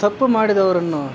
ತಪ್ಪು ಮಾಡಿದವರನ್ನು